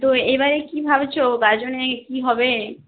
তো এবারে কি ভাবছো গাজনে কি হবে